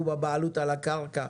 הוא בבעלות על הקרקע,